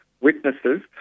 witnesses